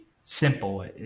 simple